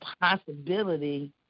possibility